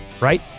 right